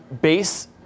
base